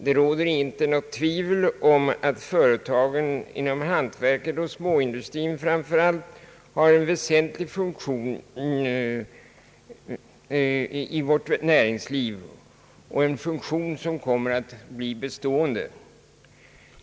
Det råder inte något tvivel om att företagen inom hantverket och småindustrin har en väsentlig funktion i vårt näringsliv och en funktion som kommer att bli bestående.